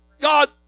God